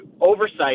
oversight